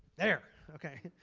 there. okay.